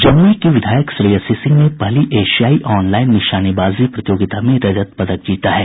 जमुई की विधायक श्रेयसी सिंह ने पहली एशियाई ऑनलाईन निशानेबाजी प्रतियोगिता में रजत पदक जीता है